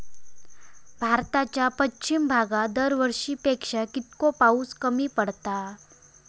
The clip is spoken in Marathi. भारताच्या पश्चिम भागात दरवर्षी पेक्षा कीतको पाऊस कमी पडता?